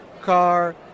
car